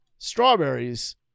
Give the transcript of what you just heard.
strawberries